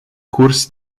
curs